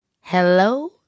hello